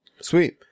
Sweet